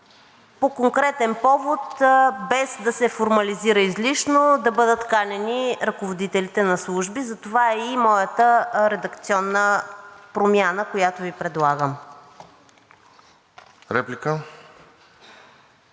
по конкретен повод, без да се формализира излишно, да бъдат канени ръководителите на служби. Затова е и моята редакционна промяна, която Ви предлагам.